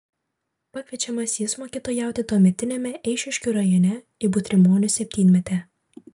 pakviečiamas jis mokytojauti tuometiniame eišiškių rajone į butrimonių septynmetę